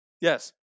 Yes